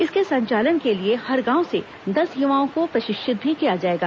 इसके संचालन के लिए हर गांव से दस युवाओं को प्रशिक्षित भी किया जाएगा